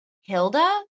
Hilda